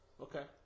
Okay